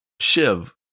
Shiv